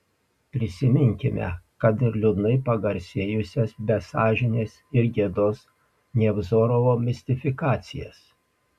prisiminkime kad ir liūdnai pagarsėjusias be sąžinės ir gėdos nevzorovo mistifikacijas